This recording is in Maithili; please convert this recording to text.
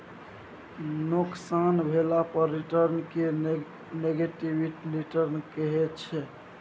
नोकसान भेला पर रिटर्न केँ नेगेटिव रिटर्न कहै छै